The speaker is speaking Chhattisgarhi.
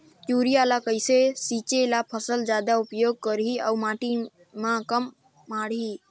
युरिया ल कइसे छीचे ल फसल जादा उपयोग करही अउ माटी म कम माढ़ही?